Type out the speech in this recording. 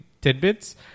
tidbits